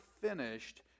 finished